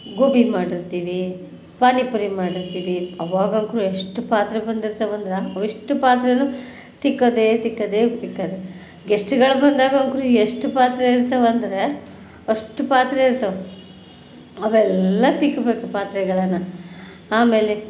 ಗೋಬಿ ಮಾಡಿರ್ತೀವಿ ಪಾನಿ ಪೂರಿ ಮಾಡಿರ್ತೀವಿ ಅವಾಗಂತ್ರೂ ಎಷ್ಟು ಪಾತ್ರೆ ಬಂದಿರ್ತಾವಂದ್ರೆ ಅವಿಷ್ಟು ಪಾತ್ರೆಯೂ ತಿಕ್ಕದೇ ತಿಕ್ಕದೇ ತಿಕ್ಕದೇ ಗೆಶ್ಟ್ಗಳು ಬಂದಾಗಂತೂ ಎಷ್ಟು ಪಾತ್ರೆ ಇರ್ತಾವಂದರೆ ಅಷ್ಟು ಪಾತ್ರೆ ಇರ್ತಾವೆ ಅವೆಲ್ಲ ತಿಕ್ಕಬೇಕು ಪಾತ್ರೆಗಳನ್ನು ಆಮೇಲೆ